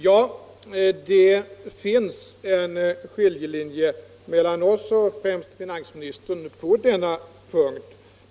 Ja, det finns en skiljelinje mellan oss och främst finansministern på denna punkt.